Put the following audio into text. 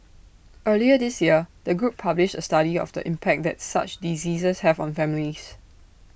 earlier this year the group published A study of the impact that such diseases have on families